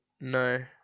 No